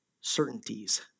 certainties